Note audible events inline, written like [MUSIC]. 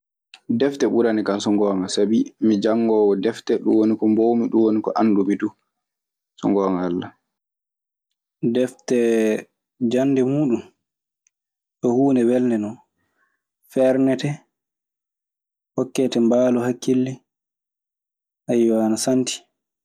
Defte ɓurani kan so ngoonga sabi mi janngoowo defte ɗun woni ko mboowmi, ɗun woni ko anndu mi du. So ngoonga Alla. Defte, jannde muuɗun, yo huunde welnde non, feernete, hokkete mbaalu hakkille. [HESITATION] ana santi.